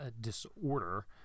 disorder